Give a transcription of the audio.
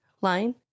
line